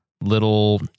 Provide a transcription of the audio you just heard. little